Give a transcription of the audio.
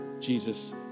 Jesus